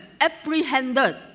apprehended